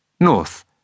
North